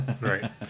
Right